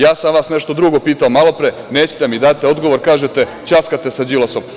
Ja sam vas nešto drugo pitao malopre, nećete da mi date odgovor, kažete – ćaskate sa Đilasom.